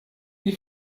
die